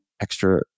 extra